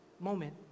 moment